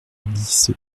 dix